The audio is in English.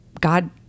God